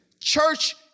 church